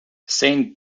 saint